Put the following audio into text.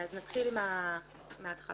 נתחיל בחוק